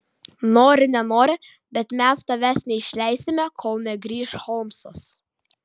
nori nenori bet mes tavęs neišleisime kol negrįš holmsas